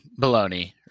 baloney